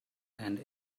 and